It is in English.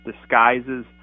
disguises